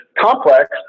complex